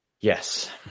yes